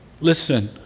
Listen